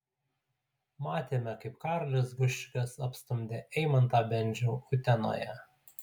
matėme kaip karolis guščikas apstumdė eimantą bendžių utenoje